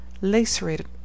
Lacerated